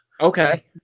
okay